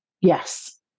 Yes